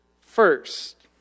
first